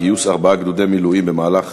גיוס ארבעה גדודי מילואים במהלך